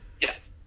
Yes